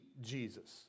Jesus